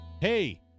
Hey